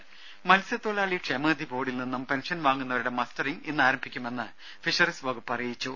രെടി മത്സ്യത്തൊഴിലാളി ക്ഷേമനിധി ബോർഡിൽ നിന്നും പെൻഷൻ വാങ്ങുന്നവരുടെ മസ്റ്ററിംങ് ഇന്ന് ആരംഭിക്കുമെന്ന് ഫിഷറീസ് വകുപ്പ് അറിയിച്ചു